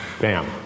bam